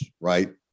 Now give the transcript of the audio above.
right